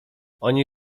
oni